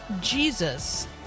Jesus